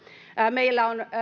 meillä on